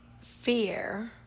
fear